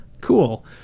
cool